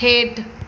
हेठि